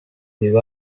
grew